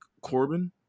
Corbin